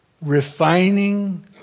refining